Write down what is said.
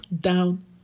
down